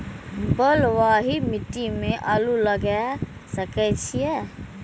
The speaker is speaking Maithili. बलवाही मिट्टी में आलू लागय सके छीये?